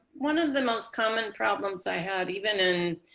one of the most common problems i had even in.